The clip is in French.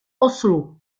oslo